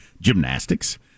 gymnastics